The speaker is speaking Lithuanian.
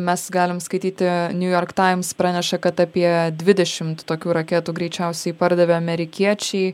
mes galim skaityti new york times praneša kad apie dvidešimt tokių raketų greičiausiai pardavė amerikiečiai